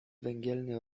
węgielny